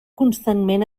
constantment